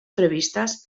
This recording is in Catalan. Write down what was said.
previstes